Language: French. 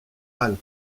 halle